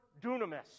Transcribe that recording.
dunamis